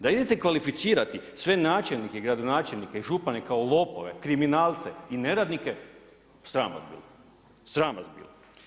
Da idete kvalificirati sve načelnike, gradonačelnike i župane kao lopove, kriminalce i neradnike, sram vas bilo, sram vas bilo.